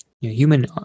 Human